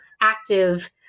active